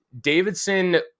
Davidson